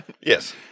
Yes